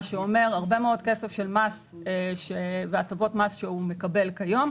מה שאומר הרבה מאוד כסף של מס והטבות מס שהוא מקבל היום,